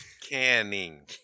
canning